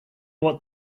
what